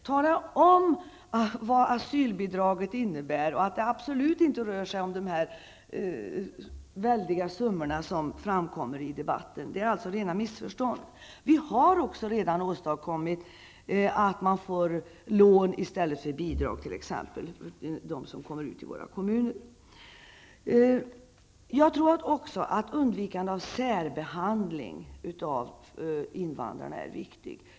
Tala om vad asylbidraget innebär, och att det absolut inte rör sig om de väldiga summor som framkommer i debatten! Det är rena missförstånd. Vi har också redan åstadkommit att de flyktingar som kommer ut i våra kommuner får lån i stället för bidrag. Jag tror också att undvikande av särbehandling av invandrare är viktigt.